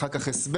אחר כך הסבר,